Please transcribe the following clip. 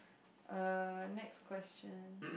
uh next question